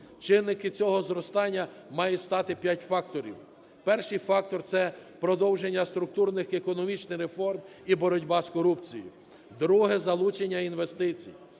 Чинниками цього зростання мають стати п'ять факторів. Перший фактор – це продовження структурних економічних реформ і боротьба з корупцією. Друге – залучення інвестицій.